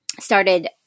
started